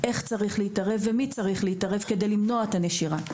איך צריך להתערב ומי צריך להתערב כדי למנוע את הנשירה.